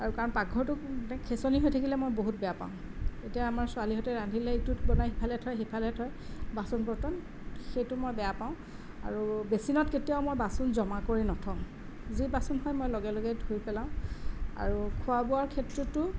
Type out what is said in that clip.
আৰু কাৰণ পাকঘৰটো খেছনি হৈ থাকিলে মই বহুত বেয়া পাওঁ এতিয়া আমাৰ ছোৱালীহঁতে ৰান্ধিলে ইটোত বনাই ইফালে থয় সিফালে থয় বাচন বৰ্তন সেইটো মই বেয়া পাওঁ আৰু বেচিনত কেতিয়াও মই বাচন জমা কৰি নথওঁ যি বাচন হয় মই লগে লগে ধুই পেলাওঁ আৰু খোৱা বোৱাৰ ক্ষেত্ৰতো